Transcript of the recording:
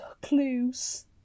clues